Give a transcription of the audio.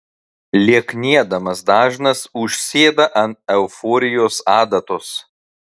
lieknėdamas dažnas užsėda ant euforijos adatos